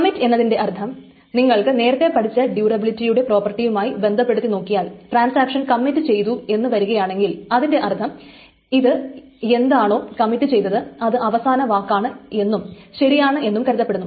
commit എന്നതിന്റെ അർത്ഥം നിങ്ങൾക്ക് നേരത്തെ പഠിച്ച ഡ്യൂറബിലിറ്റിയുടെ പ്രോപ്പർട്ടിയുമായി ബന്ധപ്പെടുത്തി നോക്കിയാൽ ട്രാൻസാക്ഷൻ കമ്മിറ്റ് ചെയ്തു എന്നു വരുകയാണെങ്കിൽ അതിന്റെ അർത്ഥം അത് എന്താണോ കമ്മിറ്റ് ചെയ്തത് അത് അവസാന വാക്കാണ് എന്നും ശരിയാണ് എന്നും കരുതപ്പെടുന്നു